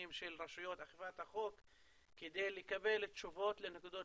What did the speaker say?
של רשויות אכיפת החוק כדי לקבל תשובות לנקודות